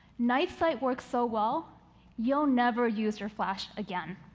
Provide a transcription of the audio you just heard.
night sight works so well you'll never use your flash again.